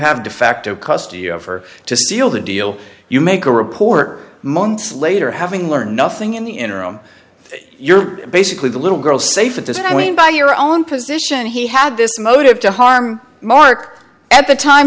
have defacto custody of her to seal the deal you make a report months later having learned nothing in the interim you're basically the little girl safe at this point by your own position he had this motive to harm marc at the time